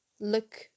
look